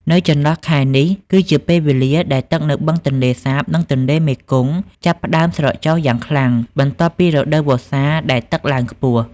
នៅចន្លោះខែនេះគឺជាពេលវេលាដែលទឹកនៅបឹងទន្លេសាប និងទន្លេមេគង្គចាប់ផ្តើមស្រកចុះយ៉ាងខ្លាំង បន្ទាប់ពីរដូវវស្សាដែលទឹកឡើងខ្ពស់។